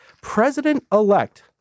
president-elect